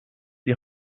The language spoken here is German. die